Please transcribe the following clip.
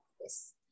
Yes